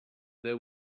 there